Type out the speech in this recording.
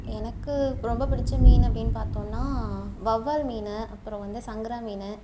எனக்கு ரொம்ப பிடிச்ச மீன் அப்படின்னு பார்த்தோன்னா வௌவால் மீன் அப்புறம் வந்து சங்கரா மீன்